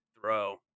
throw